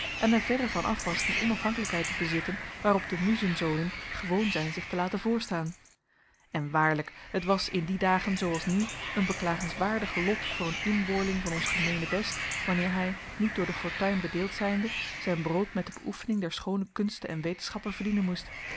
en er verre van af was die onafhankelijkheid te bezitten waarop de muzenzonen gewoon zijn zich te laten voorstaan en waarlijk het was in die dagen zooals nu een beklagenswaardig lot voor een inboorling van ons gemeenebest wanneer hij niet door de fortuin bedeeld zijnde zijn brood met de beoefening der schoone kunsten en wetenschappen verdienen moest